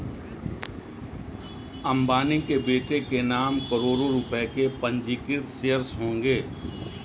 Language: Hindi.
अंबानी के बेटे के नाम करोड़ों रुपए के पंजीकृत शेयर्स होंगे